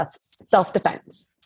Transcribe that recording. self-defense